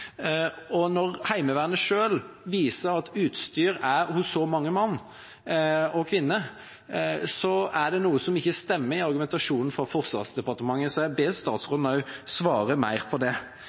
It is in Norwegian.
Og når Heimevernet selv viser at utstyr er hos så mange menn og kvinner, så er det noe som ikke stemmer i argumentasjonen fra Forsvarsdepartementet. Så jeg ber statsråden også svare mer på det,